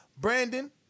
Brandon